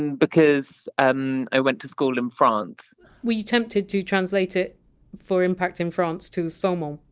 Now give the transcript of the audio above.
and because um i went to school in france were you tempted to translate it for impact in france to saumon?